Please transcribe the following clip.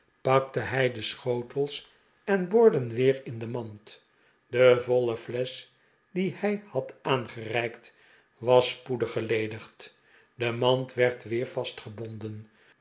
pakte hij de sehotels en borden weer in de mand de voile flesch die hij had aangereikt was spoedig geledigd de mand werd weer